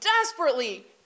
desperately